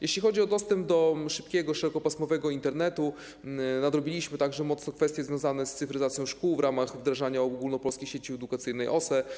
Jeśli chodzi o dostęp do szybkiego, szerokopasmowego Internetu, to nadrobiliśmy także mocno zaległości związane z cyfryzacją szkół w ramach wdrażania ogólnopolskiej sieci edukacyjnej OSE.